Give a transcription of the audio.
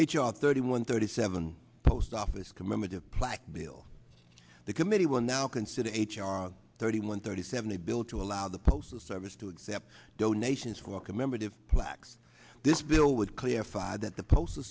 r thirty one thirty seven post office commemorative plaque bill the committee will now consider h r thirty one thirty seven a bill to allow the postal service to accept donations for commemorative plaques this bill would clarify that the postal